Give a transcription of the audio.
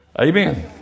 Amen